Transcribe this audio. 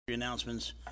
Announcements